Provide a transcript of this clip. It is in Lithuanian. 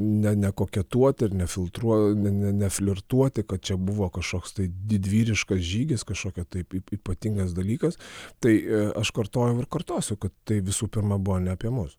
ne nekoketuot ir nefiltruo ne neflirtuoti kad čia buvo kažkoks tai didvyriškas žygis kažkokia taip ypatingas dalykas tai aš kartojau ir kartosiu kad tai visų pirma buvo ne apie mus